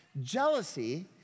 Jealousy